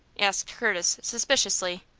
asked curtis, suspiciously.